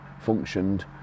functioned